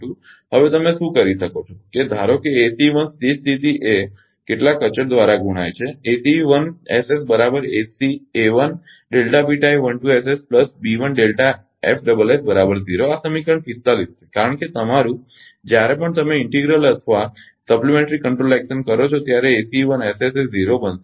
હવે તમે શું કરી શકો છો કે ધારો કે ACE 1 સ્થિર સ્થિતિ એ કેટલાક અચળ દ્વારા ગુણાય છે આ સમીકરણ 45 છે કારણ કે તમારુ જ્યારે પણ તમે ઇન્ટિગ્રલ અથવા પૂરક નિયંત્રણ ક્રિયા કરો છો ત્યારે એ 0 બનશે